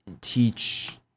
teach